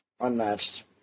unmatched